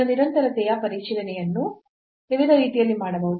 ಇದರ ನಿರಂತರತೆಯ ಪರಿಶೀಲನೆಯನ್ನು ವಿವಿಧ ರೀತಿಯಲ್ಲಿ ಮಾಡಬಹುದು